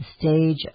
stage